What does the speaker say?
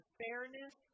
fairness